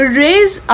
raise